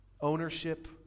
ownership